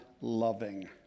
loving